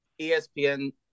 ESPN